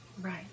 Right